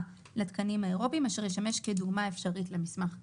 לתקנים האירופים אשר ישמש כדוגמה אפשרית למסמך כאמור.